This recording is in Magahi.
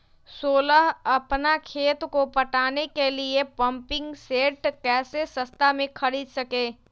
सोलह अपना खेत को पटाने के लिए पम्पिंग सेट कैसे सस्ता मे खरीद सके?